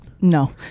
no